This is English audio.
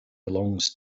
belongs